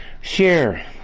share